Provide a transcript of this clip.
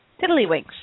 Tiddlywinks